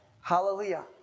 Hallelujah